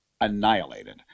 annihilated